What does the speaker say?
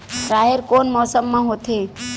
राहेर कोन मौसम मा होथे?